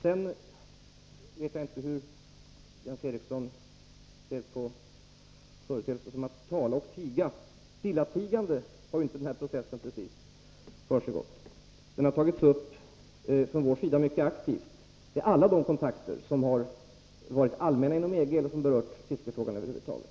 Sedan vet jag inte hur Jens Eriksson ser på företeelser som att tala och tiga. Det är inte precis stillatigande som vi har åsett den här processen. Vi har varit mycket aktiva och tagit upp frågan vid alla de kontakter — såväl allmänna som sådana som har berört fiske över huvud taget — som vi har haft med EG.